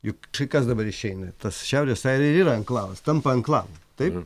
juk tai kas dabar išeina tas šiaurės airija ir yra anklavas tampa anklavu taip